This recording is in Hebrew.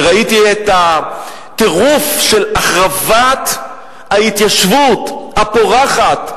וראיתי את הטירוף של החרבת ההתיישבות הפורחת,